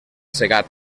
segat